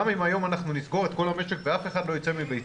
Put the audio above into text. גם אם היום נסגור את כל המשק ואף אחד לא יצא מביתו,